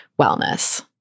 wellness